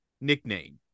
nickname